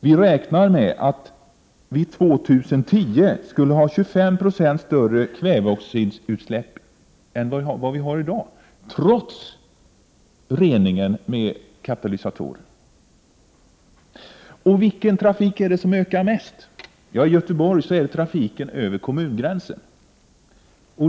Vi räknar med att år 2010 ha 25 96 mer kväveoxidutsläpp än i dag trots reningen med katalysatorer. Vilken trafik ökar mest? Ja, i Göteborg är det trafiken över kommungränsen.